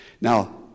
Now